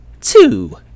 two